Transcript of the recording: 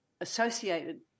associated